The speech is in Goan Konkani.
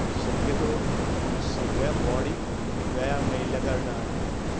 शक्यतो सगळ्या बाँडीक व्यायाम मेळिल्या कारणान